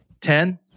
ten